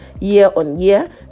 year-on-year